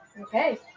Okay